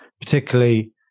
particularly